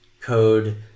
code